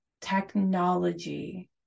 technology